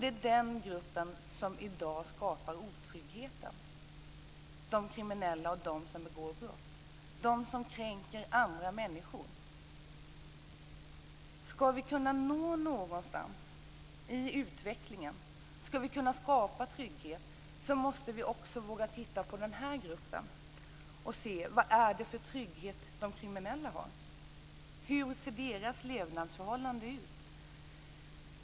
Det är den grupp som i dag skapar otrygghet, nämligen de kriminella, de som begår brott och kränker andra människor. Om vi ska komma någonstans i utvecklingen och om vi ska kunna skapa trygghet, måste vi också våga titta på den här gruppen och se vilken trygghet de kriminella har. Hur ser deras levnadsförhållanden ut?